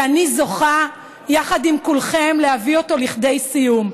ואני זוכה, יחד עם כולכם, להביא אותו לכדי סיום.